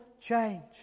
change